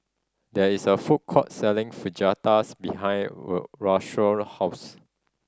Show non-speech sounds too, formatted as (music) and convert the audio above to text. there is a food court selling Fajitas behind (unintelligible) Rashawn house